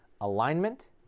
alignment